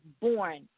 born